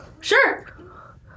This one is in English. Sure